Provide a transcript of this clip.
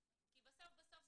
כי בסוף זה